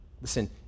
Listen